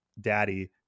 daddy